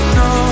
no